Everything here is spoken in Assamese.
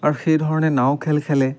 আৰু সেই ধৰণে নাও খেল খেলে